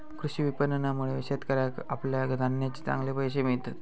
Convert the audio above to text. कृषी विपणनामुळे शेतकऱ्याका आपल्या धान्याचे चांगले पैशे मिळतत